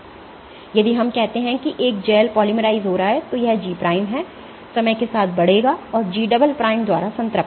इसलिए यदि हम कहते हैं कि एक जेल पॉलिमराइज़ हो रहा है तो यह G है समय के साथ बढ़ेगा और फिर G द्वारा संतृप्त होगा